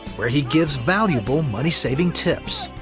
where he gives valuable money saving tips.